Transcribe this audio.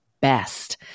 best